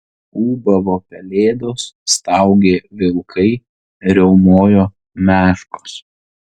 ūbavo pelėdos staugė vilkai riaumojo meškos